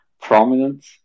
prominent